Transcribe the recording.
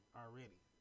already